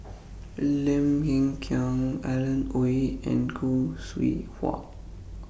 Lim Hng Kiang Alan Oei and Khoo Seow Hwa